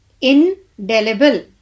Indelible